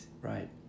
right